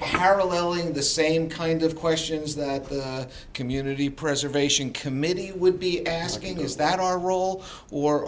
paralleling the same kind of questions that the community preservation committee would be asking is that our role or